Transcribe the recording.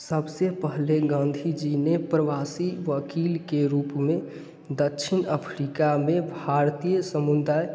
सब से पहले गांधी जी ने प्रवासी वकील के रूप में दक्षिण अफ्रीका में भारतीय समुदाय